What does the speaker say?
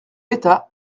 l’état